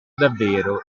davvero